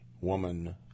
woman